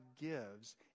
gives